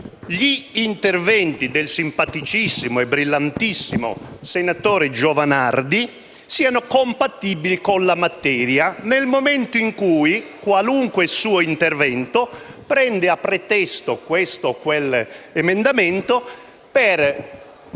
gli interventi del simpaticissimo e brillantissimo senatore Giovanardi siano compatibili con la materia, nel momento in cui qualunque suo intervento prende a pretesto questo o quell'emendamento per